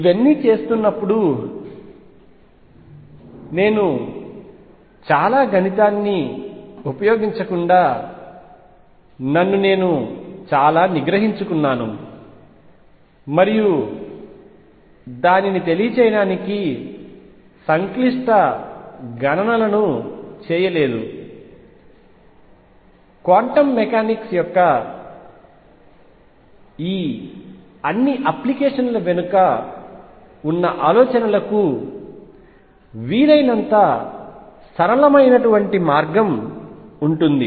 ఇవన్నీ చేస్తున్నప్పుడు నేను చాలా గణితాన్ని ఉపయోగించకుండా నన్ను నేను చాలా నిగ్రహించుకున్నాను మరియు దానిని తెలియజేయడానికి సంక్లిష్ట గణనలను చేయలేదు క్వాంటం మెకానిక్స్ యొక్క ఈ అన్ని అప్లికేషన్ల వెనుక ఉన్న ఆలోచనలకు వీలైనంత సరళమైన మార్గం ఉంటుంది